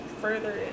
further